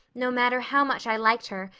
no matter how much i liked her,